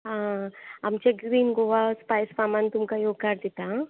आं आमच्या green Goa spice फामान तुमकां येवकार दिता आं